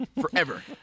forever